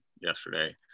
yesterday